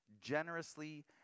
generously